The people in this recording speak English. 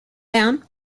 down